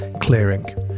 clearing